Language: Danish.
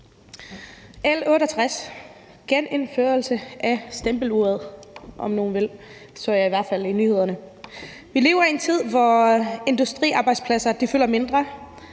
i hvert fald i nyhederne. Vi lever i en tid, hvor industriarbejdspladser fylder mindre,